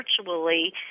virtually